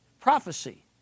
prophecy